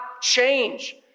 change